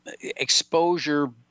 exposure